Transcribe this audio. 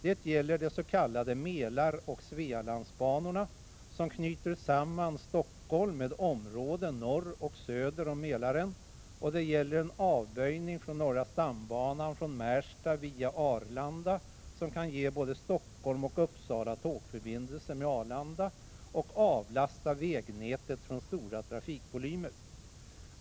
Det gäller de s.k. Mälaroch Svealandsbanorna, som knyter samman Stockholm med områden norr och söder om Mälaren, och det gäller en avböjning från norra stambanan från Märsta via Arlanda, som kan ge både Stockholm och Uppsala tågförbindelse med Arlanda och avlasta vägnätet från stora trafikvolymer.